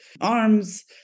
arms